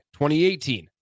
2018